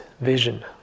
vision